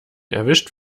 erwischt